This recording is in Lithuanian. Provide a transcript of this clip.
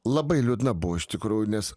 labai liūdna buvo iš tikrųjų nes